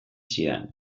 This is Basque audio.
zidan